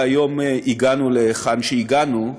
והיום הגענו להיכן שגענו,